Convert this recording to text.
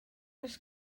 oes